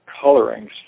colorings